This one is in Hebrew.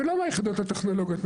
ולא מהיחידות הטכנולוגיות,